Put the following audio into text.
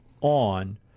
on